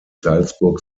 salzburg